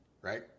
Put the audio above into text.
right